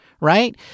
right